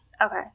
Okay